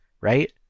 right